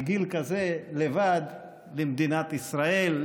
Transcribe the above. בגיל כזה לבד למדינת ישראל,